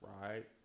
Right